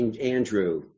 Andrew